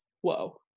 Whoa